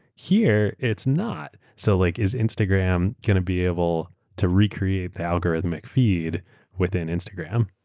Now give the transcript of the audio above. here, it's not. so like is instagram going to be able to recreate algorithmic feed within instagram?